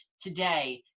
today